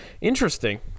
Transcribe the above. Interesting